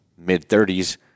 Mid-30s